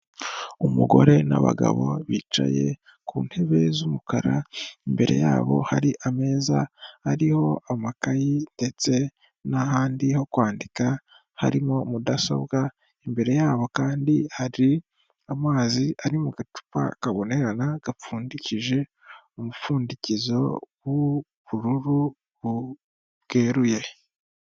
Umugore n'abagabo bicaye ku ntebe z'umukara, imbere yabo hari ameza ariho amakayi ndetse n'ahandi ho kwandika harimo mudasobwa, imbere yabo kandi hari amazi ari mu gacupa kabonerana gapfundikije umupfundikizo w'ubururu bweruye.